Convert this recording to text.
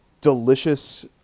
delicious